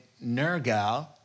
Nergal